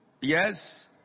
Yes